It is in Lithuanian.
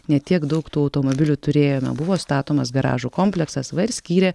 ne tiek daug tų automobilių turėjome buvo statomas garažų kompleksas va ir skyrė